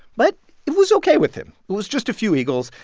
but it was ok with him. it was just a few eagles.